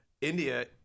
India